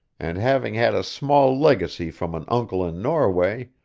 and having had a small legacy from an uncle in norway,